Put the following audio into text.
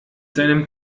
seinem